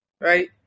right